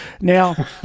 Now